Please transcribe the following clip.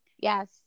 yes